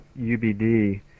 UBD